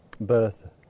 birth